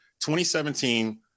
2017